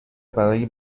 برای